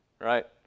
Right